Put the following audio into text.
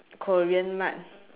korean mart